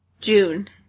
June